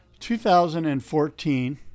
2014